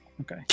Okay